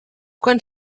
quan